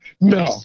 No